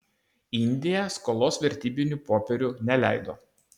indija skolos vertybinių popierių neleido